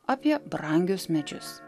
apie brangius medžius